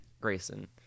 Grayson